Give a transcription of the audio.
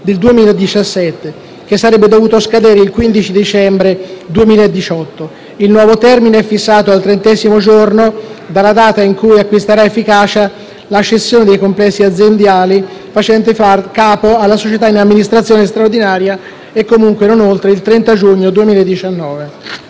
del 2017, che sarebbe dovuto scadere il 15 dicembre 2018. Il nuovo termine è fissato al trentesimo giorno dalla data in cui acquisterà efficacia la cessione dei complessi aziendali facenti capo alla società in amministrazione straordinaria e comunque non oltre il 30 giugno 2019.